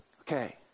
Okay